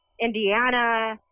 indiana